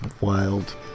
wild